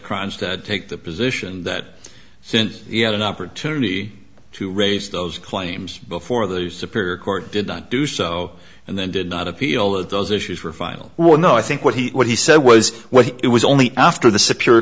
to take the position that since he had an opportunity to raise those claims before the superior court did not do so and then did not appeal that those issues were final one no i think what he what he said was well it was only after the superior